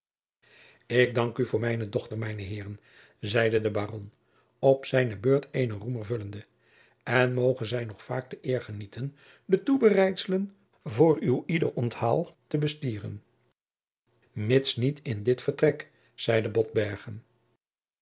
ik dank u voor mijne dochter mijne heeren zeide de baron op zijne beurt eenen roemer vullende en moge zij nog vaak de eer genieten de toebereidselen voor ulieder onthaal te bestieren mits niet in dit vertrek zeide